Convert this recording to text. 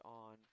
on